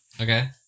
Okay